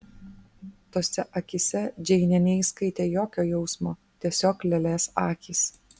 tose akyse džeinė neįskaitė jokio jausmo tiesiog lėlės akys